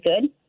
good